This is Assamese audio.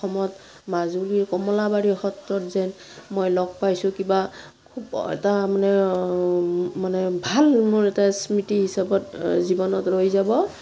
অসমত মাজুলীৰ কমলাবাৰী সত্ৰত যে মই লগ পাইছোঁ কিবা খুব এটা মানে মানে ভাল মোৰ এটা স্মৃতি হিচাপত জীৱনত ৰৈ যাব